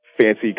fancy